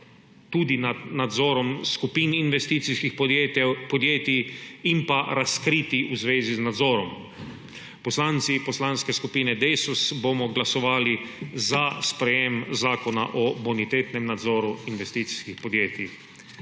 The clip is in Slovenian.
tudi nad nadzorom skupin investicijskih podjetij in pa razkritij v zvezi z nadzorom. Poslanci Poslanske skupine Desus bomo glasovali za sprejetje zakona o bonitetnem nadzoru investicijskih podjetij.